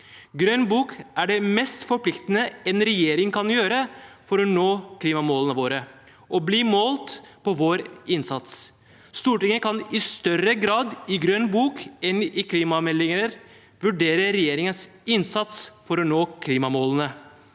Grønn bok er det mest forpliktende en regjering kan ha for å nå klimamålene sine og bli målt på sin innsats. Stortinget kan i større grad med Grønn bok enn med klimameldinger vurdere regjeringens innsats for å nå klimamålene.